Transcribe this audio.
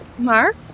Mark